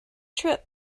trip